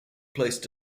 placed